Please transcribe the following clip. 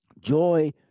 Joy